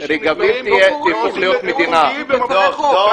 אנשים טובים ועושים דברים חוקיים במקום חוקי.